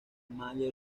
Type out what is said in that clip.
amalia